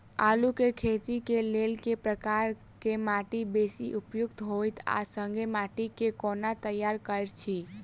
आलु केँ खेती केँ लेल केँ प्रकार केँ माटि बेसी उपयुक्त होइत आ संगे माटि केँ कोना तैयार करऽ छी?